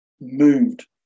moved